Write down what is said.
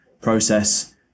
process